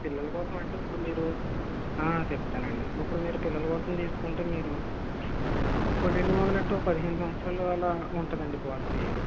పిల్లల కోసమంటే ఉప్పుడు మీరు చెప్తానండి ఉప్పుడు మీరు పిల్లల కోసం తీసుకుంటే మీరు ఇప్పుడు నుండి మొదలెడితే ఒక పదిహేను సంవత్సరాలు అలా ఉంటుందండి పోలసీ